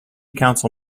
council